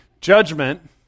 Judgment